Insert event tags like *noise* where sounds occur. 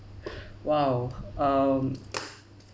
*breath* !wow! um